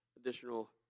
additional